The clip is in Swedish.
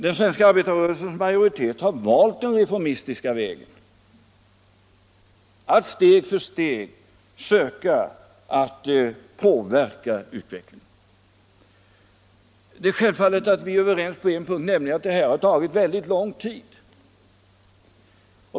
Den svenska arbetarrörelsens majoritet har valt den reformistiska vägen, att steg för steg söka påverka utvecklingen. Självfallet är vi överens på en punkt, nämligen att detta tagit väldigt lång tid.